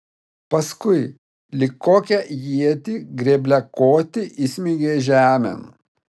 paskui lyg kokią ietį grėbliakotį įsmeigė žemėn